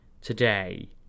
today